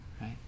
right